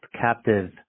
captive